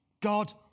God